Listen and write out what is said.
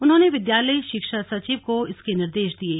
उन्होंने विद्यालयी शिक्षा सचिव को इसके निर्देश दिये